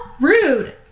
rude